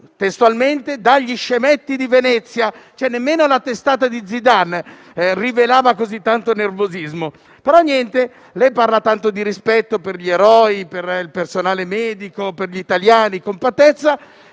definiti gli scemetti di Venezia; nemmeno la testata di Zidane rivelava così tanto nervosismo. Lei parla tanto di rispetto per gli eroi, per il personale medico, per gli italiani, parla